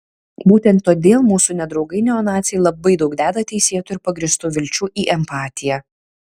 būtent todėl mūsų nedraugai neonaciai labai daug deda teisėtų ir pagrįstų vilčių į empatiją